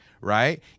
right